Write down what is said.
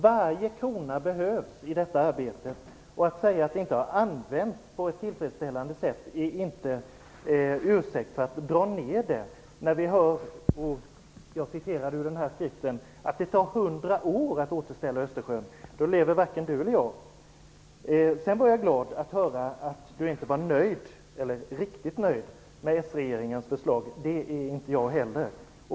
Varje krona behövs i detta arbete, och att säga att pengarna inte har använts på ett tillfredsställande sätt är inte en ursäkt för att dra ned när vi hör att det tar 100 år att återställa Östersjön. Då lever varken Michael Hagberg eller jag. Jag blev glad av att höra att han inte var riktigt nöjd med s-regeringens förslag. Det är inte jag heller.